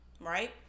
right